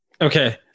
okay